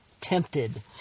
tempted